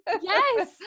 Yes